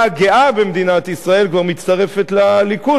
הגאה במדינת ישראל כבר מצטרפת לליכוד,